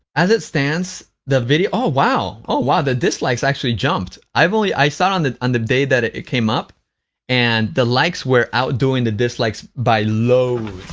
as it stands, the video oh, wow, oh, wow, the dislikes actually jumped. i've only i saw it on the and day that it came up and the likes were out doing the dislikes by loads.